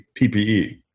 PPE